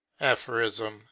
aphorism